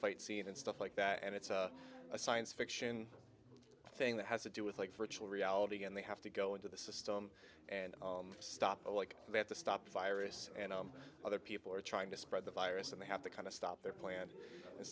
fight scene and stuff like that and it's a science fiction thing that has to do with like virtual reality and they have to go into the system and stop like they have to stop a virus and other people are trying to spread the virus and they have the kind of stop their plan and